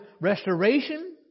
restoration